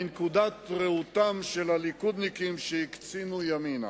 מנקודת ראותם של הליכודניקים שהקצינו ימינה.